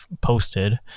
posted